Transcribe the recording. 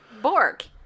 Bork